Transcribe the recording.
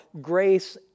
grace